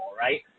right